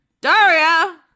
Daria